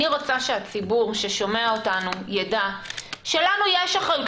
אני רוצה שהציבור ששומע אותנו יידע שלנו יש אחריות,